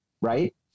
Right